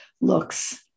looks